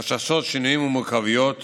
חששות, שינויים ומורכבויות